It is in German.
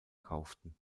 kauften